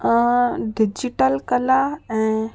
हा डिजिटल कला ऐं